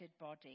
body